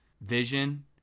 Vision